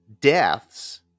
deaths